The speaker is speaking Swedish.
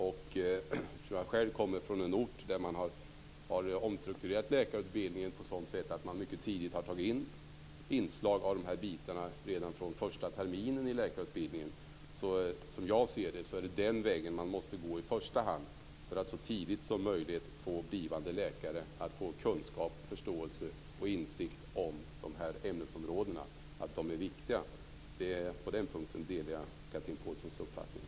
Jag kommer själv från en ort där man har omstrukturerat läkarutbildningen på så sätt att man mycket tidigt, redan från första terminen, har tagit in inslag av de här bitarna i läkarutbildningen. Som jag ser det är det i första hand den vägen man måste gå för att så tidigt som möjligt ge blivande läkare kunskap, förståelse och insikt om de här ämnesområdena. Att de är viktiga är en punkt där jag delar Chatrine Pålssons uppfattning.